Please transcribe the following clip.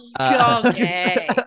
Okay